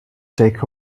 take